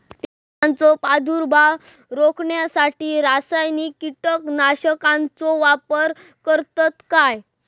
कीटकांचो प्रादुर्भाव रोखण्यासाठी रासायनिक कीटकनाशकाचो वापर करतत काय?